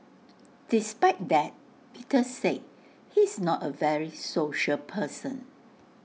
despite that Peter say he's not A very social person